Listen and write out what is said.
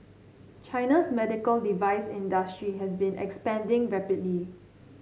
China's medical device industry has been expanding rapidly